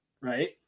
right